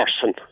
person